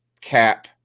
cap